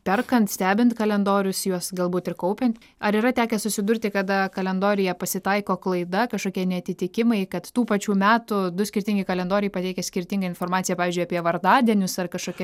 perkant stebint kalendorius juos galbūt ir kaupiant ar yra tekę susidurti kada kalendoriuje pasitaiko klaida kažkokie neatitikimai kad tų pačių metų du skirtingi kalendoriai pateikia skirtingą informaciją pavyzdžiui apie vardadienius ar kažkokia